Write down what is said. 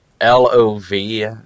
L-O-V